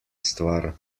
stvar